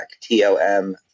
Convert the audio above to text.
T-O-M